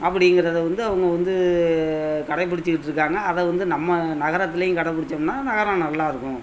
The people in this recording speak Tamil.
அப்பிடிங்கிறதை வந்து அவங்க வந்து கடைபிடிச்சிக்கிட்டுருக்காங்க அதை வந்து நம்ம நகரத்துலையும் கடைபிடிச்சம்னா நகரம் நல்லா இருக்கும்